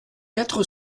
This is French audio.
quatre